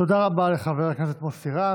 תודה רבה לחבר הכנסת מוסי רז.